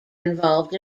involved